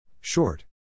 Short